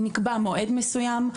נקבע מועד מסוים,